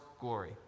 glory